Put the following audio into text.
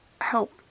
help